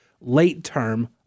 late-term